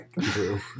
true